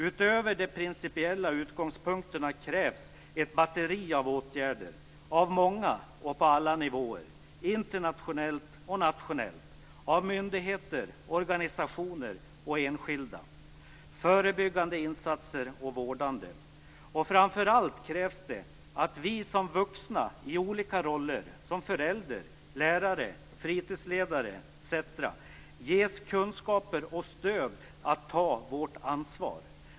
Utöver de principiella utgångspunkterna krävs ett batteri av åtgärder, av många och på alla nivåer - internationellt och nationellt, av myndigheter, organisationer och enskilda, förebyggande och vårdande insatser. Framför allt krävs det att vi som vuxna i olika roller som förälder, lärare, fritidsledare etc. ges kunskaper och stöd att ta vårt ansvar.